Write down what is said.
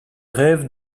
rêve